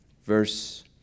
Verse